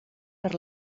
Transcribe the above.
per